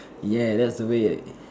ya that's the way